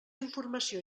informació